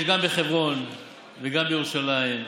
יש גם בחברון וגם בירושלים,